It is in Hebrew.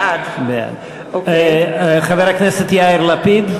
בעד חבר הכנסת יאיר לפיד,